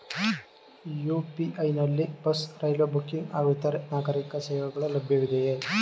UPI ನಲ್ಲಿ bus, railway booking ಹಾಗೂ ಇತರೆ ನಾಗರೀಕ ಸೇವೆಗಳು ಲಭ್ಯವಿದೆಯೇ?